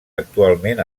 actualment